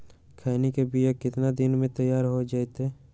खैनी के बिया कितना दिन मे तैयार हो जताइए?